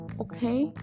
okay